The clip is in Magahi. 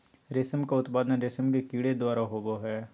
रेशम का उत्पादन रेशम के कीड़े द्वारा होबो हइ